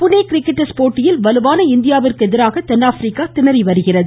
Pune cricket test போட்டியில் வலுவான இந்தியாவிற்கு எதிராக தென்னாப்பிரிக்கா திண்றி வருகிறது